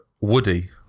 woody